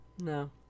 no